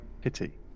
Pity